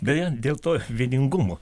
beje dėl to vieningumo